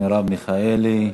מרב מיכאלי,